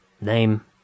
name